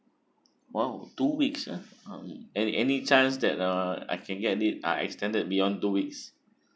!wow! two weeks ah um any any chance that uh I can get it uh extended beyond two weeeks